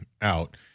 out